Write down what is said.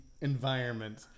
environment